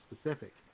specific